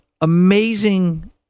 amazing